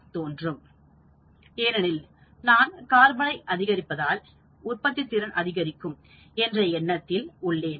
அது ஏனெனில் நான் கார்பனை அதிகரிப்பதால் உற்பத்தித் திறன் அதிகரிக்கும் என்ற எண்ணத்தில் உள்ளேன்